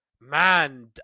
Man